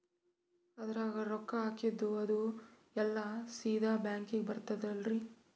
ಅದ್ರಗ ರೊಕ್ಕ ಹಾಕಿದ್ದು ಅದು ಎಲ್ಲಾ ಸೀದಾ ಬ್ಯಾಂಕಿಗಿ ಬರ್ತದಲ್ರಿ?